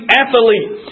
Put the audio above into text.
athlete